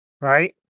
Right